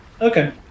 Okay